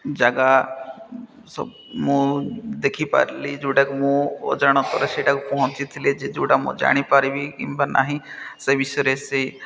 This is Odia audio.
ଜାଗା ସ ମୁଁ ଦେଖିପାରିଲି ଯେଉଁଟାକୁ ମୁଁ ଅଜାଣତରେ ସେଇଟାକୁ ପହଞ୍ଚିଥିଲି ଯେ ଯେଉଁଟା ମୁଁ ଜାଣିପାରିବି କିମ୍ବା ନାହିଁ ସେ ବିଷୟରେ ସେ